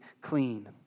clean